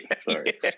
Sorry